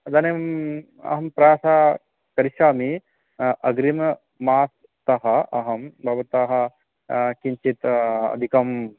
इदनीम् अहं प्रायशः करिष्यामि अग्रिममासतः अहं भवतः किञ्चित् अधिकं